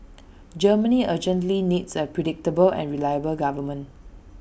Germany urgently needs A predictable and reliable government